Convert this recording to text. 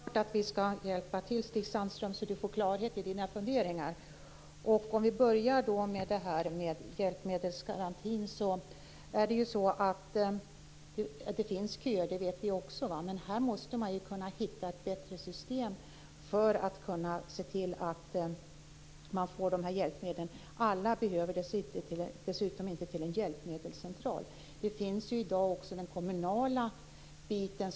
Herr talman! Det är klart att vi skall hjälpa till så att Stig Sandström får klarhet i sina funderingar. Om jag börjar med hjälpmedelsgarantin, vet vi också att det finns köer. Men man måste kunna hitta ett bättre system för att se till att människor får dessa hjälpmedel. Alla behöver dessutom inte komma till en hjälpmedelscentral. Det finns också hjälpmedel inom den kommunala biten.